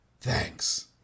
Thanks